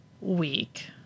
week